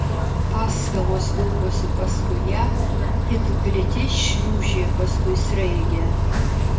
paskalos vilkosi paskui ją it gliti šliūžė paskui sraigę